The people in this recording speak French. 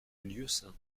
lieusaint